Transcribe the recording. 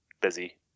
busy